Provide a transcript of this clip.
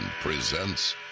presents